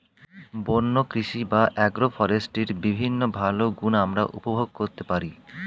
বন্য কৃষি বা অ্যাগ্রো ফরেস্ট্রির বিভিন্ন ভালো গুণ আমরা উপভোগ করতে পারি